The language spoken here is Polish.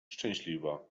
szczęśliwa